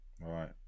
Right